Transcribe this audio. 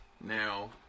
Now